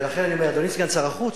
ולכן אני אומר, אדוני סגן שר החוץ,